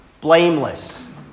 blameless